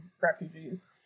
refugees